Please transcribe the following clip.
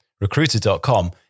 Recruiter.com